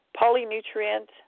polynutrient